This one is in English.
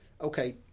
Okay